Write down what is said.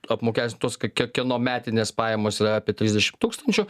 apmokestintos k kie kieno metinės pajamos yra apie trisdešim tūkstančių